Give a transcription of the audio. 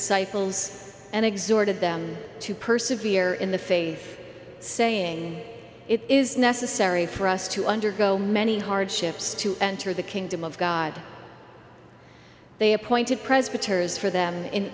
disciples and exhorted them to perseverance in the face saying it is necessary for us to undergo many hardships to enter the kingdom of god they appointed presbyterians for them in